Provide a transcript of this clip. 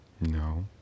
No